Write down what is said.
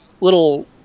little